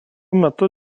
metu